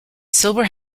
silver